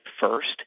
first